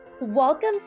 Welcome